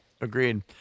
Agreed